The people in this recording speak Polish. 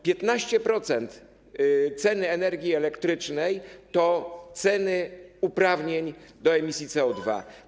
15% ceny energii elektrycznej to ceny uprawnień do emisji CO2